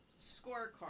scorecard